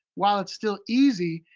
while it's still easy,